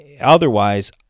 Otherwise